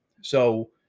So-